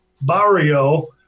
Barrio